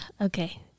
Okay